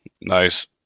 Nice